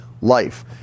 life